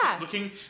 Looking